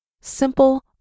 simple